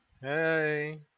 Hey